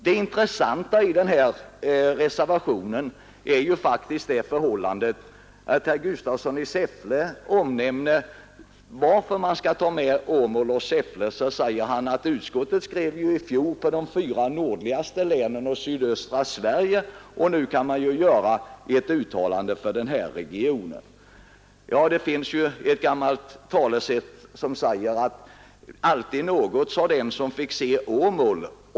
Det intressanta med den här reservationen är att herr Gustafsson som skäl till att man bör ta med Åmål-Säffleregionen säger, att utskottet i fjol gjorde uttalanden till förmån för de fyra nordligaste länen och sydöstra Götaland och att man därför nu borde kunna göra ett uttalande för den här regionen. Det finns ett gammalt talesätt som säger: Alltid något, sade den som fick se Åmål.